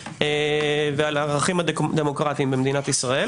ועל ערכים דמוקרטיים במדינת ישראל.